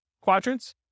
quadrants